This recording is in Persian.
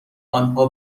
آنها